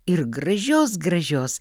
ir gražios gražios